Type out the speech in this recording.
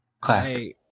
classic